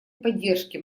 поддержке